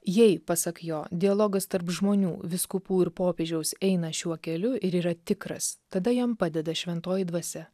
jei pasak jo dialogas tarp žmonių vyskupų ir popiežiaus eina šiuo keliu ir yra tikras tada jam padeda šventoji dvasia